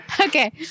Okay